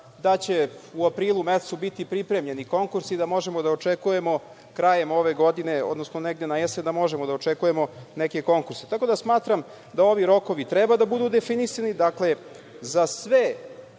da će u aprilu mesecu biti pripremljeni konkursi i da možemo da očekujemo krajem ove godine, odnosno negde na jesen, neki konkurs. Tako da, smatra da ovi rokovi treba da budu definisani. Dakle, za sve